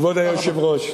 כבוד היושב-ראש,